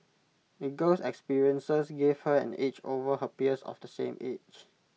the girl's experiences gave her an edge over her peers of the same age